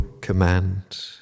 command